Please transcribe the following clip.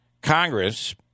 Congress